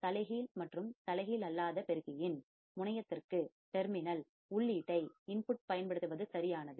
தலைகீழ் மற்றும் தலைகீழ் அல்லாதபெருக்கியின்ஆம்ப்ளிபையர் amplifier முனையத்திற்கு டெர்மினல் terminal உள்ளீட்டைப்இன்புட் பயன்படுத்துவது சரியானது